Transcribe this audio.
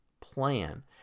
plan